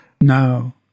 no